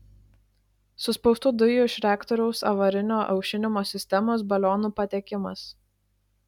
suspaustų dujų iš reaktoriaus avarinio aušinimo sistemos balionų patekimas